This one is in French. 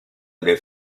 les